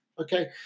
Okay